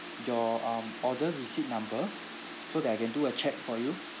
your um order receipt number so that I can do a check for you